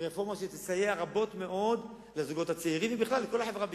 היא רפורמה שתסייע רבות לזוגות הצעירים ובכלל לכל החברה בישראל.